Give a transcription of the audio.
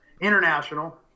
International